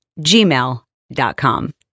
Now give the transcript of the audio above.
gmail.com